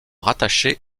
rattaché